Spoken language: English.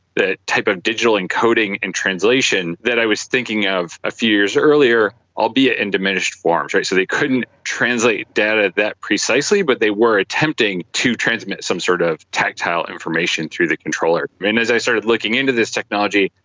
the type of digital encoding and translation that i was thinking of a few years earlier this, albeit in diminished forms. so they couldn't translate data that precisely but they were attempting to transmit some sort of tactile information through the controller. and as i started looking into this technology,